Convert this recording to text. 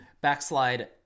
backslide